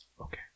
Okay